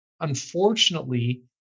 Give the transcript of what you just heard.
Unfortunately